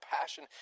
passion